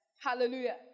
Hallelujah